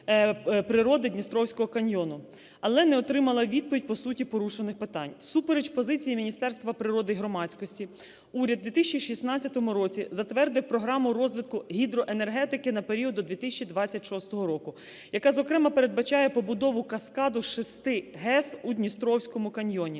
природи Дністровського каньйону. Але не отримала відповідь по суті порушених питань. Всупереч позиції міністерства природи і громадськості уряд у 2016 році затвердив Програму розвитку гідроенергетики на період до 2026 року, яка, зокрема, передбачає побудову каскаду шести ГЕС у Дністровському каньйоні.